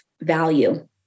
value